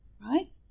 right